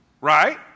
right